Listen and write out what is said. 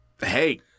hey